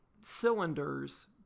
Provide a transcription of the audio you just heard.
cylinders